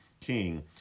king